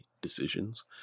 decisions